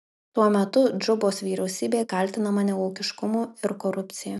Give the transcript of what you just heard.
tuo metu džubos vyriausybė kaltinama neūkiškumu ir korupcija